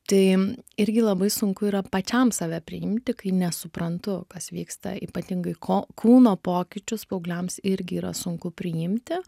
tai irgi labai sunku yra pačiam save priimti kai nesuprantu kas vyksta ypatingai ko kūno pokyčius paaugliams irgi yra sunku priimti